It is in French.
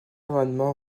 amendement